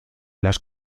las